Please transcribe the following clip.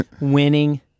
winning